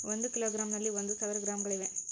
ಒಂದು ಕಿಲೋಗ್ರಾಂ ನಲ್ಲಿ ಒಂದು ಸಾವಿರ ಗ್ರಾಂಗಳಿವೆ